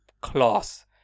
class